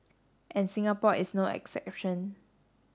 and Singapore is no exception